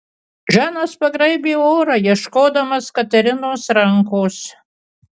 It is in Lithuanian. žanas pagraibė orą ieškodamas katerinos rankos